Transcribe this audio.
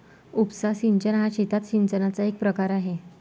उपसा सिंचन हा शेतात सिंचनाचा एक प्रकार आहे